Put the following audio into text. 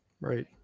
Right